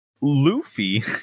Luffy